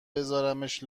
بذارمش